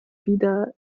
wieder